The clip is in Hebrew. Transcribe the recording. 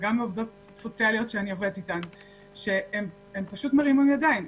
וגם מעובדות סוציאליות שאני עובדת איתן שהם פשוט מרימים ידיים.